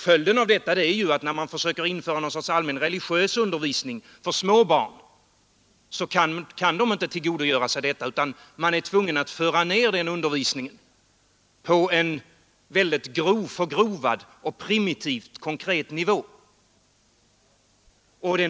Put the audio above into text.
Följden av detta är att när man försöker införa något slags allmän religiös undervisning för små barn, så kan de inte tillgodogöra sig denna, utan man är tvungen att föra ned undervisningen på en väldigt förgrovad och primitivt konkret nivå.